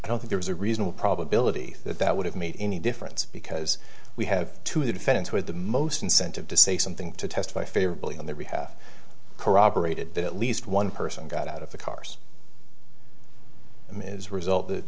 i don't think there's a reasonable probability that that would have made any difference because we have to the defense who had the most incentive to say something to testify favorably on their behalf corroborated that at least one person got out of the cars ms result th